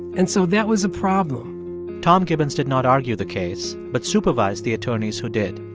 and so that was a problem tom gibbons did not argue the case but supervised the attorneys who did.